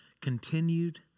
continued